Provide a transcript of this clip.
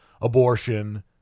abortion